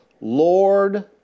Lord